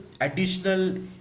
additional